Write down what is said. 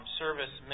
service